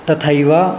तथैव